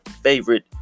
favorite